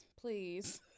please